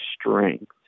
strength